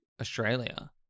Australia